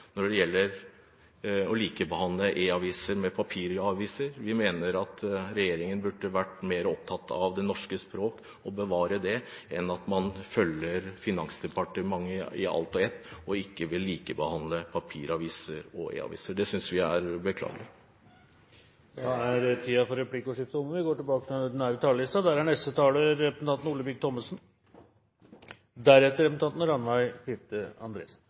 når det gjelder å likebehandle e-aviser og papiraviser. Vi mener at regjeringen burde vært mer opptatt av det norske språk – å bevare det – enn av å følge Finansdepartementet i ett og alt og ikke vil likebehandle papiraviser og e-aviser. Det synes vi er beklagelig. Replikkordskiftet er omme. Vi går mot slutten av en åtteårig periode med rød-grønn regjering. Signalene er klare, det har dreid seg om en stø kurs som handler om mer penger, sentralisering og